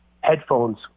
headphones